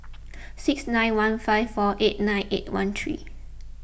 six nine one five four eight nine eight one three